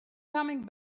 coming